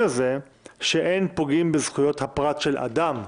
הזה שאין פוגעים בזכויות הפרט של אדם.